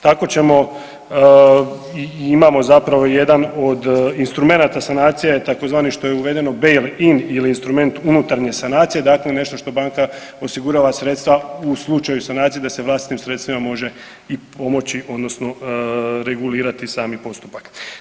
Tako ćemo i imamo zapravo jedan od instrumenata sanacije tzv. što je uvedeno bail ing ili instrument unutarnje sanacije dakle nešto što banka osigurava sredstva u slučaju sanacije da se vlastitim sredstvima može i pomoći odnosno regulirati sami postupak.